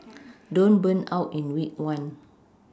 don't burn out in week one